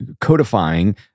codifying